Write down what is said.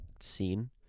scene